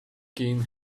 king